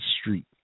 street